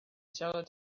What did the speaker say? seller